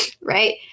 right